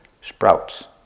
sprouts